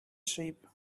sheep